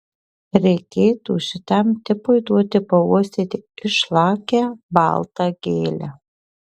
reikėtų šitam tipui duoti pauostyti išlakią baltą gėlę